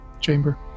chamber